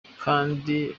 kandi